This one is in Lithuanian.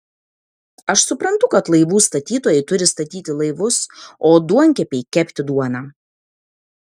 aš suprantu kad laivų statytojai turi statyti laivus o duonkepiai kepti duoną